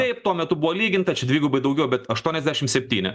taip tuo metu buvo lyginta čia dvigubai daugiau bet aštuoniasdešim septyni